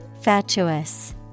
Fatuous